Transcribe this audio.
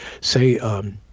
Say